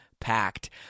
packed